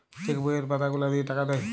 check বইয়ের পাতা গুলা লিয়ে টাকা দেয়